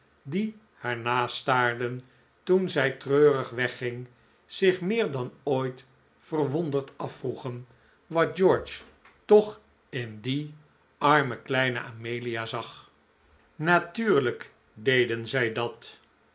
die haar nastaarden toen zij treurig wegging zich meer dan ooit verwonderd afvroegen wat george toch in die arme kleine amelia zag natuurlijk deden zij dat